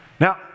now